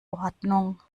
ordnung